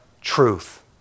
truth